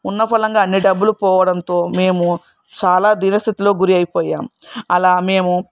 ఉన్నఫలంగా అన్ని డబ్బులు పోవడంతో మేము చాలా దీన స్థితిలో గురి అయిపోయాము అలా మేము